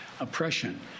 oppression